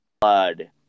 blood